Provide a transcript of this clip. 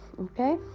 Okay